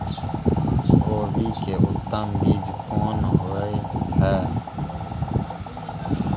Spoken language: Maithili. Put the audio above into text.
कोबी के उत्तम बीज कोन होय है?